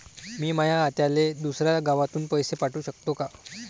मी माया आत्याले दुसऱ्या गावातून पैसे पाठू शकतो का?